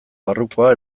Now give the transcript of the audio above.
barrukoa